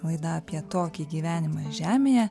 laidą apie tokį gyvenimą žemėje